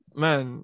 man